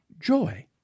joy